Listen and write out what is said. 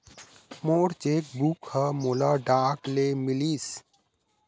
मोर cheque book ह मोला डाक ले मिलिस